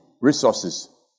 resources